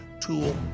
tool